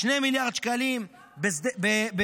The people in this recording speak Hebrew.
2 מיליארד שקלים בנבטים.